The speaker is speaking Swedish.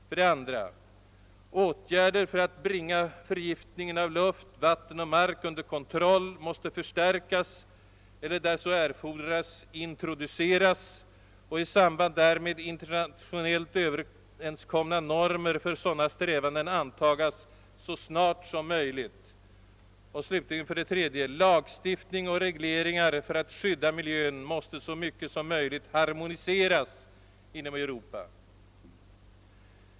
För det andra måste åtgärder för att bringa förgiftningen av luft, vatten och mark under kontroll förstärkas eller, där så erfordras, introduceras och i samband därmed internationellt överenskomna normer för sådana strävanden antas så snart som möjligt. För det tredje måste lagstiftning och regleringar för att skydda miljön så mycket som möjligt harmonisera inom Europa.